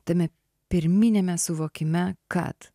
tame pirminiame suvokime kad